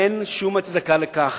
אין שום הצדקה לכך.